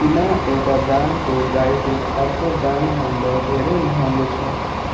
किन एउटा ब्रान्डको ड्राइ फ्रुट अर्को ब्रान्ड भन्दा धेरै महँगो छ